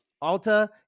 Alta